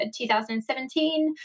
2017